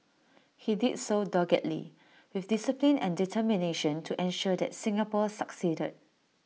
he did so doggedly with discipline and determination to ensure that Singapore succeeded